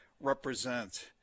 represent